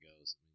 goes